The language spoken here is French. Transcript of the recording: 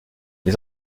les